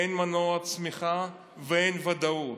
אין מנוע צמיחה ואין ודאות.